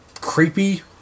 creepy